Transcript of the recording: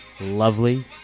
lovely